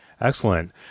Excellent